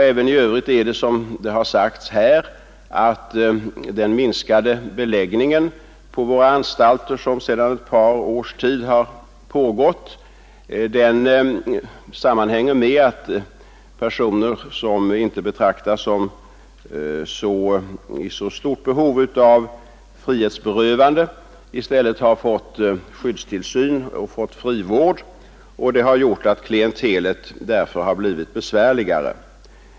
Även i övrigt är det, som har sagts här, så att den minskning av beläggningen på våra anstalter som sedan ett par års tid pågått — vilken sammanhänger med att personer som inte betraktas som i så stort behov av frihetsberövande i stället fått skyddstillsyn och frivård — har gjort att klientelet på anstalterna blivit besvärligare.